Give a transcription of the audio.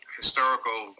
historical